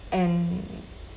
and